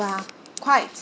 are quite